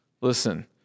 Listen